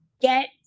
get